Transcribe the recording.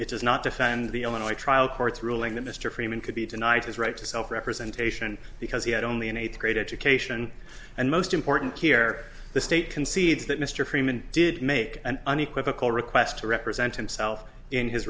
does not defend the illinois trial court's ruling that mr freeman could be tonight his right to self representation because he had only an eighth grade education and most important here the state concedes that mr freeman did make an unequivocal request to represent himself in his